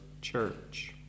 church